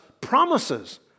promises